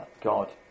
God